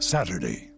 Saturday